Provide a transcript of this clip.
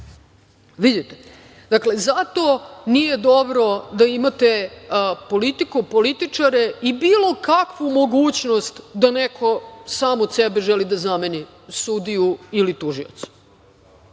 miliona evra. Zato nije dobro da imate politiku, političare i bilo kakvu mogućnost da neko sam od sebe želi da zameni sudiju ili tužioca.